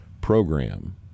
program